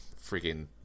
freaking